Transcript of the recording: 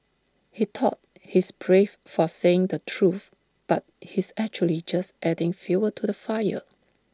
he thought he's brave for saying the truth but he's actually just adding fuel to the fire